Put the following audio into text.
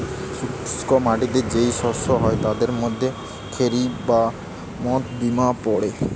শুষ্ক মাটিতে যেই শস্য হয় তাদের মধ্যে খেরি বা মথ বিন পড়ে